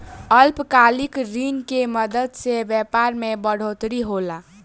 अल्पकालिक ऋण के मदद से व्यापार मे बढ़ोतरी होला